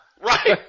Right